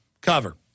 cover